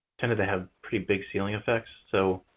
tended to have pretty big ceiling effects. so